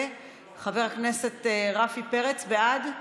וחבר הכנסת רפי פרץ בעד?